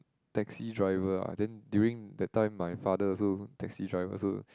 taxi driver ah then during that time my father also taxi driver also